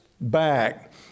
back